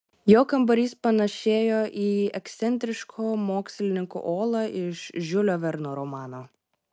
jo kambarys panėšėjo į ekscentriško mokslininko olą iš žiulio verno romano